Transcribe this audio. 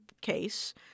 case